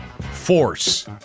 Force